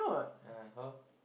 yeah how